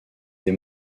des